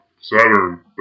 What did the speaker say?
Saturn